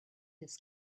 this